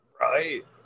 Right